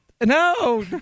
No